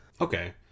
Okay